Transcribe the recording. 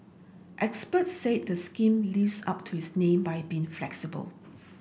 experts said the scheme lives up to its name by being flexible